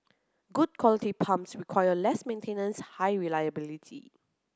good quality pumps require less maintenance high reliability